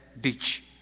ditch